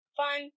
fun